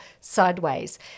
sideways